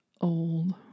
old